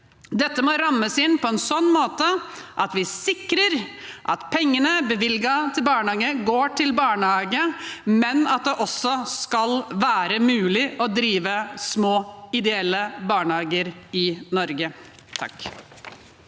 Dette må rammes inn på en sånn måte at vi sikrer at pengene bevilget til barnehage, går til barnehage, men at det også skal være mulig å drive små, ideelle barnehager i Norge.